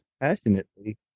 passionately